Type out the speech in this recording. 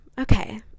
okay